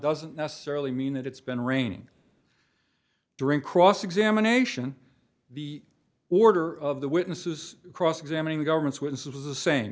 doesn't necessarily mean that it's been raining during cross examination the order of the witnesses cross examining the government's witness was the same